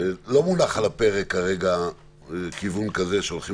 לא מונח על הפרק כרגע כיוון כזה שהולכים